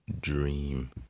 dream